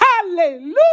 hallelujah